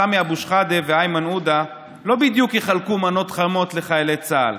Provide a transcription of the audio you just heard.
סמי אבו שחאדה ואיימן עודה לא בדיוק יחלקו מנות חמות לחיילי צה"ל,